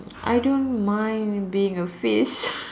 I don't mind being a fish